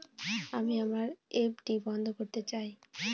আমি আমার এফ.ডি বন্ধ করতে চাই